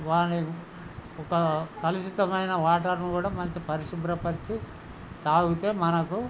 వాని ఒక కలుషితమైన వాటరును కూడా మంచి పరిశుభ్రపరిచి తాగితే మనకు